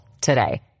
today